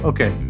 Okay